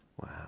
Wow